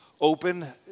open